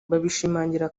babishingira